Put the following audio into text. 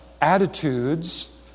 attitudes